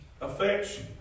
affection